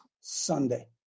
Sunday